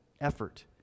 Effort